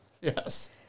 Yes